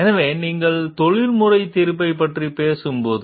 எனவே நீங்கள் தொழில்முறை தீர்ப்பைப் பற்றி பேசும்போது